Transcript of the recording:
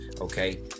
okay